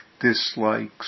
dislikes